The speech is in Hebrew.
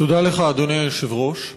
תודה לך, אדוני היושב-ראש.